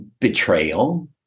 betrayal